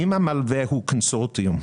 אם המלווה הוא קונסורציום,